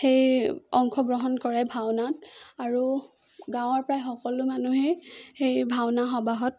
সেই অংশগ্ৰহণ কৰে ভাওনাত আৰু গাঁৱৰ প্ৰায় সকলো মানুহেই সেই ভাওনা সবাহত